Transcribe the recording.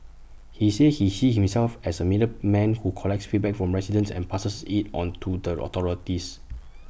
he said he sees himself as A middleman who collects feedback from residents and passes IT on to the authorities